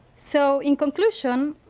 so in conclusion,